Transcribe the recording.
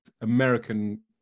American